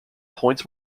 points